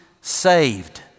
saved